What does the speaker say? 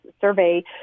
survey